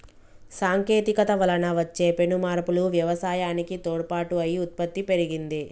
సాంకేతికత వలన వచ్చే పెను మార్పులు వ్యవసాయానికి తోడ్పాటు అయి ఉత్పత్తి పెరిగింది